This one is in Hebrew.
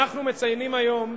אנחנו מציינים היום,